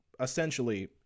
essentially